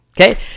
Okay